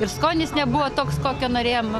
ir skonis nebuvo toks kokio norėjom